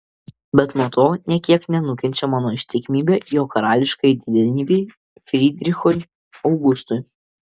bet nuo to nė kiek nenukenčia mano ištikimybė jo karališkajai didenybei frydrichui augustui